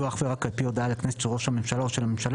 יהיו אך ורק על פי הודעה לכנסת של ראש הממשלה או של הממשלה,